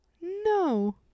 no